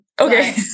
Okay